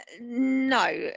no